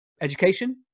education